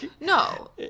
no